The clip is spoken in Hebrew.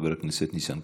חבר הכנסת ניסנקורן.